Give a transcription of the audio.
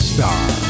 Star